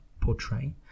portray